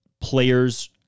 players